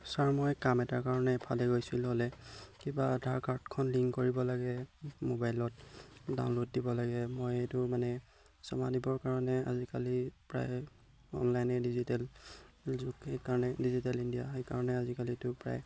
sir মই কাম এটাৰ কাৰণে এফালে গৈছিলোঁ হ'লে কিবা আধাৰ কাৰ্ডখন লিংক কৰিব লাগে মোবাইলত ডাউনল'ড দিব লাগে মই এইটো মানে জমা দিবৰ কাৰণে আজিকালি প্ৰায় অনলাইনে ডিজিটেল যুগ সেইকাৰণে ডিজিটেল ইণ্ডিয়া সেইকাৰণে আজিকালিতো প্ৰায়